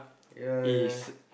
ya ya